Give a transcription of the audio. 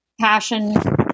passion